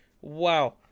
Wow